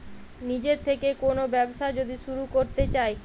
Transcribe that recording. নিজের থেকে কোন ব্যবসা যদি শুরু করতে চাই